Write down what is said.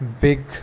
big